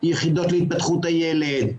יחידות להתפתחות הילד,